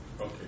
okay